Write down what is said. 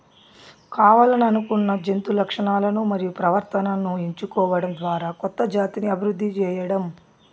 కావల్లనుకున్న జంతు లక్షణాలను మరియు ప్రవర్తనను ఎంచుకోవడం ద్వారా కొత్త జాతిని అభివృద్ది చేయడం